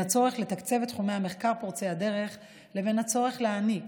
הצורך לתקצב את תחומי המחקר פורצי הדרך לבין הצורך להעניק